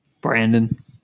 Brandon